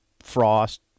Frost